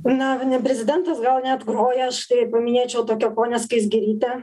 na ne prezidentas gal net groja štai paminėčiau tokią ponią skaisgirytę